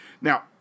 Now